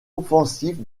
offensive